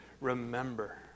remember